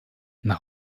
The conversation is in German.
nach